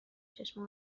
چشم